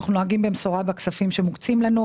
אנחנו נוהגים במשורה בכספים שמוקצים לנו.